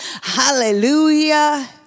Hallelujah